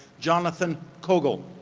jonathan hogel.